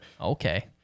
okay